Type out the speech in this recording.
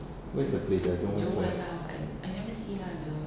where's the place ah jurong west ah